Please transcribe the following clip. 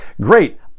Great